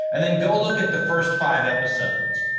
and then go look at the first five episodes.